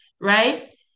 right